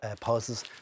pauses